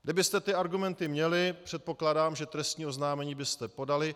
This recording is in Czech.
Kdybyste ty argumenty měli, předpokládám, že trestní oznámení byste podali.